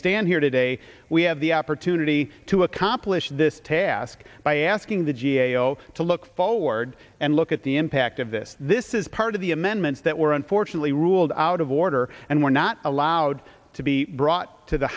stand here today we have the opportunity to accomplish this task by asking the g a o to look forward and look at the impact of this this is part of the amendments that were unfortunately ruled out of order and were not allowed to be brought to the